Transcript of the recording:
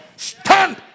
Stand